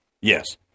yes